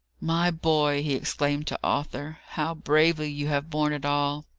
my boy! he exclaimed to arthur, how bravely you have borne it all!